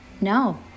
no